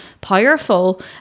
powerful